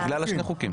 בגלל שני החוקים.